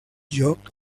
joc